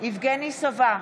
יבגני סובה,